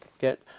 get